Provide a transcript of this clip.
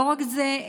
לא רק זה,